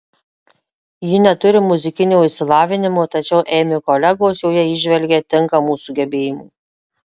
ji neturi muzikinio išsilavinimo tačiau eimi kolegos joje įžvelgia tinkamų sugebėjimų